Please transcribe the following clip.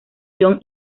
john